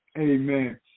Amen